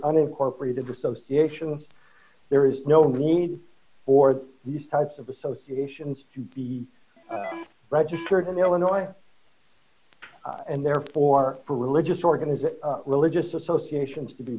unincorporated association there is no need or these types of associations to be registered in illinois and therefore for religious organization religious associations to be